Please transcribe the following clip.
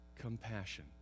Compassion